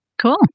Cool